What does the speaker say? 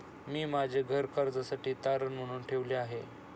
मी माझे घर कर्जासाठी तारण म्हणून ठेवले आहे